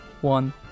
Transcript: One